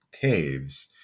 caves